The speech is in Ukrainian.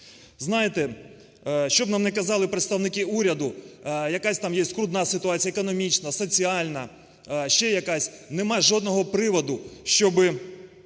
Знаєте, що б нам не казали представники уряду, якась там є скрутна ситуація, економічна, соціальна, ще якась, немає жодного приводу, щоб